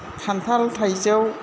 खान्थाल थाइजौ